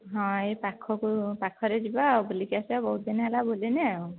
ହଁ ଏ ପାଖକୁ ପାଖରେ ଯିବା ବୁଲିକି ଆସିବା ବହୁତ ଦିନେ ହେଲା ବୁଲିନେ